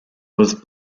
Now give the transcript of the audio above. was